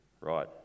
Right